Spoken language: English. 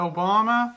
Obama